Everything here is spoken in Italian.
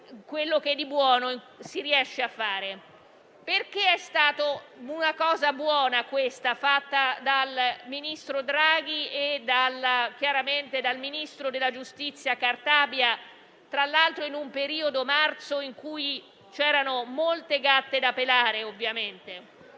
è stato una cosa buona fatta dal presidente Draghi e dal ministro della giustizia Cartabia, tra l'altro in un periodo come marzo, in cui c'erano molte gatte da pelare,